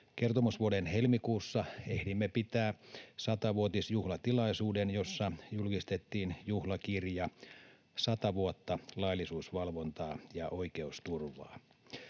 Kertomusvuoden helmikuussa ehdimme pitää 100-vuotisjuhlatilaisuuden, jossa julkistettiin juhlakirja Sata vuotta laillisuusvalvontaa ja oikeusturvaa.